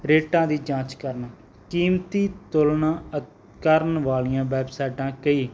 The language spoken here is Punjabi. ਰੇਟਾਂ ਦੀ ਜਾਂਚ ਕਰਨਾ ਕੀਮਤੀ ਤੁਲਨਾ ਅਤੇ ਕਰਨ ਵਾਲੀਆਂ ਵੈਬਸਾਈਟਾਂ ਕਈ